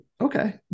okay